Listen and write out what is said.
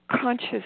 conscious